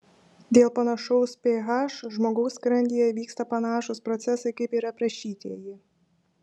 dėl panašaus ph žmogaus skrandyje vyksta panašūs procesai kaip ir aprašytieji